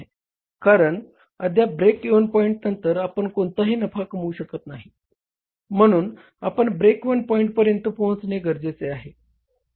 कारण अद्याप break even पॉईंटनंतर आपण कोणताही नफा कमवू शकत नाही म्हणून आपण ब्रेक इव्हन पॉईंट पर्यंत पोहचणे गरजेचे आहे